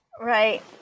Right